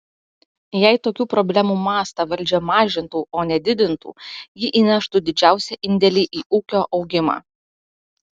jei tokių problemų mastą valdžia mažintų o ne didintų ji įneštų didžiausią indėlį į ūkio augimą